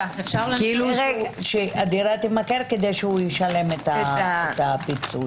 הדירה תימכר כדי שהוא ישלם את הפיצוי.